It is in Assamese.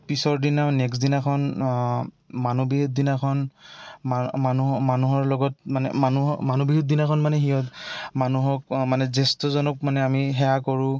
পিছৰ দিনা নেক্সট দিনাখন মানুহ বিহুৰ দিনাখন মানুহ মানুহৰ লগত মানে মানুহ মানুহ বিহুৰ দিনাখন মানে সিহঁত মানুহক মানে জ্যেষ্ঠজনক মানে আমি সেৱা কৰোঁ